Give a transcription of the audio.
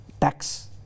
tax